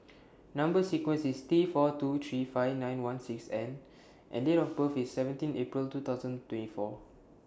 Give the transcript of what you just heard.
Number sequence IS T four two three five nine one six N and Date of birth IS seventeen April two thousand twenty four